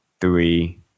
three